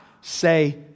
say